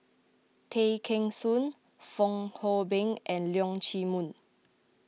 Tay Kheng Soon Fong Hoe Beng and Leong Chee Mun